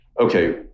okay